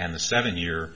and the seven year